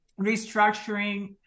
restructuring